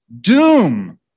doom